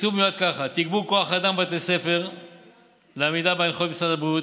התקצוב מיועד כך: תגבור כוח אדם בבתי ספר לעמידה בהנחיות משרד הבריאות,